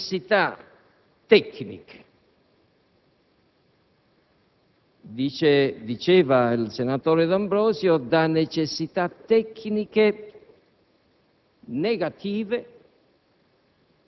del senatore. Il senatore D'Ambrosio ha voluto dirci